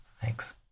Thanks